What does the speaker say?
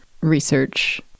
research